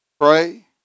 Pray